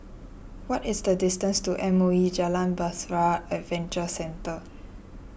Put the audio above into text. what is the distance to M O E Jalan Bahtera Adventure Centre